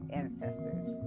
ancestors